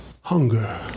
hunger